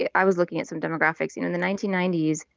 i was looking at some demographics. you know, in the nineteen ninety s,